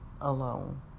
alone